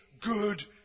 good